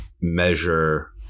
measure